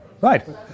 Right